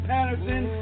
Patterson